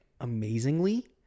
amazingly